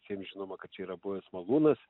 jiems žinoma kad yra buvęs malūnas